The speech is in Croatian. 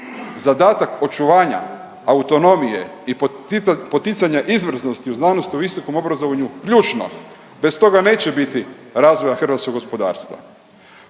zadatak očuvanja, autonomije i poticanja izvrsnosti u znanosti i visokom obrazovanju ključno, bez toga neće biti razvoja hrvatskog gospodarstva.